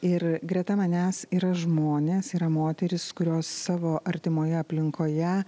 ir greta manęs yra žmonės yra moterys kurios savo artimoje aplinkoje